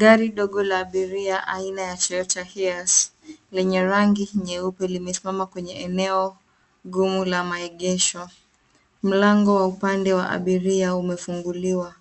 Gari dogo la abiria aina ya [c.s]Toyota Hilux lenye rangi nyeupe limesimama kwenye eneo gumu la maegesho. Mlango wa upande wa abiria umefunguliwa